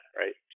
right